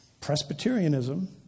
Presbyterianism